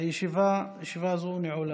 תודה.